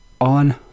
on